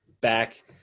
back